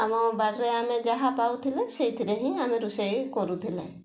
ଆମ ବାଡ଼ିରେ ଆମେ ଯାହା ପାଉଥିଲେ ସେଇଥିରେ ହିଁ ଆମେ ରୋଷେଇ କରୁଥିଲେ